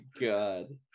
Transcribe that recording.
god